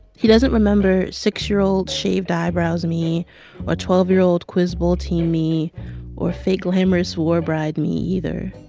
he doesn't remember six year old shaved-eyebrows me or twelve year old quiz-bowl-team me or fake-glamorous-war-bride me, either.